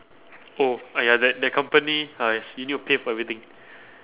oh !aiya! that that company !hais! you need to pay for everything